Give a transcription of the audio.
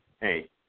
hey